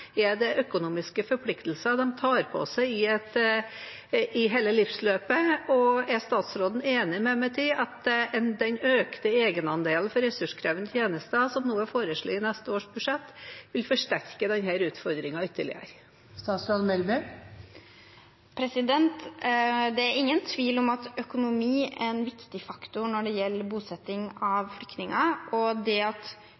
er de økonomiske forpliktelsene de tar på seg i hele livsløpet? Og er statsråden enig med meg i at den økte egenandelen til ressurskrevende tjenester som nå er foreslått i neste års budsjett, vil forsterke denne utfordringen ytterligere? Det er ingen tvil om at økonomi er en viktig faktor når det gjelder bosetting av flyktninger, og det at